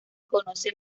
conoce